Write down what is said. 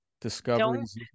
discoveries